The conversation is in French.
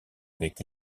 avec